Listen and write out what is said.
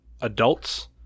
Adults